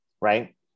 right